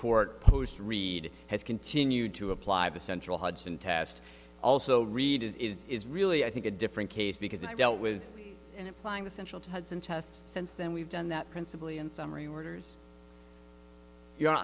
court post read has continued to apply the central hodgson test also read it is really i think a different case because it dealt with and applying essential to hudson tests since then we've done that principally in summary orders you